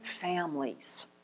families